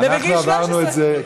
אנחנו עברנו את זה,